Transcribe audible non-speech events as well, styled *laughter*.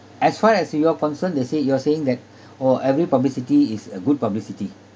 as far as you are concerned they say you are saying that *breath* oh every publicity is a good publicity